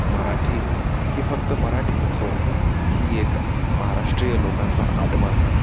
मराठी ही फक्त मराठी नसून ही एक महाराष्ट्रीय लोकांचा आत्मा आहे